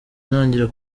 ntangira